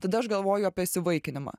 tada aš galvoju apie įsivaikinimą